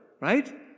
right